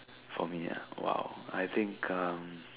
for me ah !wow! I think um